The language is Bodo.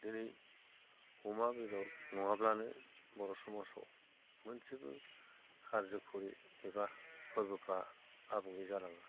दिनै अमा बेदर नङाब्लानो बर' समाजाव मोनसेबो कार्जकरि एबा फोरबोफ्रा आबुङै जालाङा